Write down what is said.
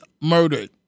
murdered